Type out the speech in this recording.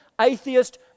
atheist